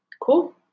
Cool